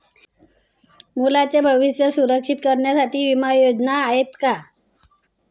मुलांचे भविष्य सुरक्षित करण्यासाठीच्या विमा योजना आहेत का?